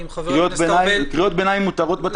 קריאות ביניים מותרות בתקנון.